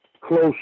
close